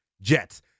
Jets